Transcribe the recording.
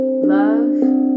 Love